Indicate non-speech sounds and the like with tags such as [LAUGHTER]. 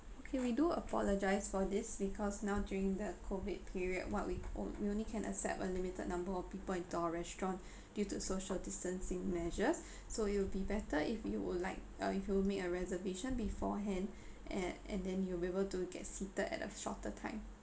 okay we do apologise for this because now during the COVID period what we o~ we only can accept a limited number of people into our restaurant [BREATH] due to social distancing measures [BREATH] so it'll be better if you would like uh if you would make a reservation beforehand [BREATH] and t~ and then you will be able to get seated at a shorter time